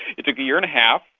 it took a year and a half,